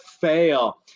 fail